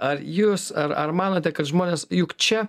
ar jūs ar ar manote kad žmonės juk čia